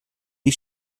die